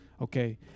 okay